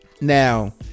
Now